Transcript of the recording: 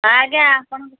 ହଁ ଆଜ୍ଞା କୁହନ୍ତୁ